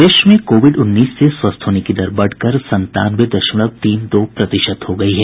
प्रदेश में कोविड उन्नीस से स्वस्थ होने की दर बढ़कर संतानवे दशमलव तीन दो प्रतिशत हो गयी है